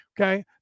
Okay